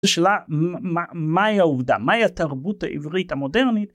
שאלה מהי העובדה? מהי התרבות העברית המודרנית.